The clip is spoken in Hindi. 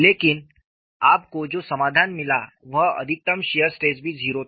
लेकिन आपको जो समाधान मिला वह अधिकतम शियर स्ट्रेस भी 0 था